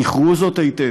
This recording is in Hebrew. זכרו זאת היטב: